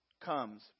comes